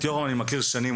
את יורם אני מכיר שנים,